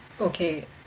Okay